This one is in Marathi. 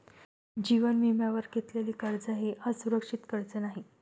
जीवन विम्यावर घेतलेले कर्ज हे असुरक्षित कर्ज नाही